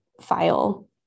file